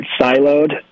siloed